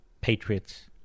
patriots